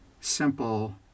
simple